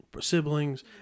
siblings